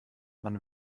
man